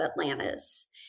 Atlantis